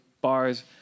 bars